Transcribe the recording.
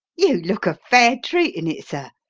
you look a fair treat in it, sir,